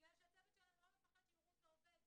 בגלל שהצוות לא פוחד שיראו אותו עובד.